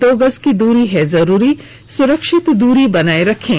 दो गज की दूरी है जरूरी सुरक्षित दूरी बनाए रखें